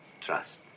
Trust